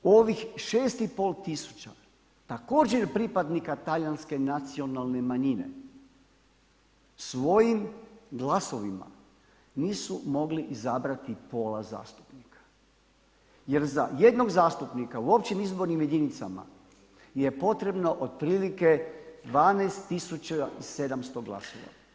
Ovih 6 i pol tisuća također pripadnika talijanske nacionalne manjine svojim glasovima nisu mogli izabrati pola zastupnika jer za jednog zastupnika u općim izbornim jedinicama je potrebno otprilike 12700 glasova.